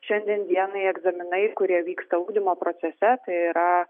šiandien dienai egzaminai kurie vyksta ugdymo procese tai yra